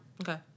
Okay